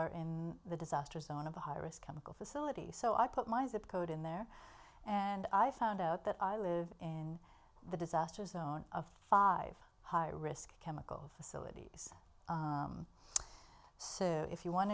are in the disaster zone of the high risk chemical facility so i put my zip code in there and i found out that i live in the disaster zone of five high risk chemical facilities so if you want